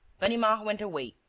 ganimard went away,